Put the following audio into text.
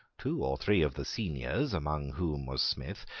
two or three of the seniors, among whom was smith,